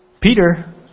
Peter